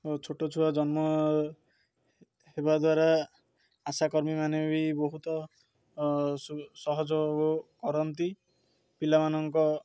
ଛୋଟ ଛୁଆ ଜନ୍ମ ହେବା ଦ୍ୱାରା ଆଶାକର୍ମୀମାନେ ବି ବହୁତ ସହଜ କରନ୍ତି ପିଲାମାନଙ୍କ